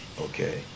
Okay